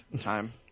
time